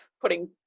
putting